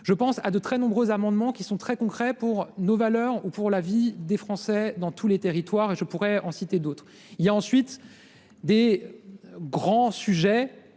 Je pense à de très nombreux amendements qui sont très concrets pour nos valeurs ou pour la vie des Français dans tous les territoires et je pourrais en citer d'autres, il y a ensuite des. Grands sujets